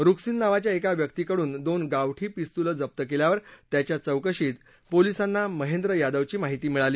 रुकसिन नावाच्या एका व्यक्तीकडून दोन गावठी पिस्तुलं जप्त केल्यावर त्याच्या चौकशीनंतर पोलिसांना महेंद्र यादवची माहिती मिळाली